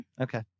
Okay